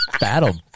battle